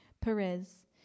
Perez